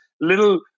little